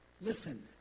listen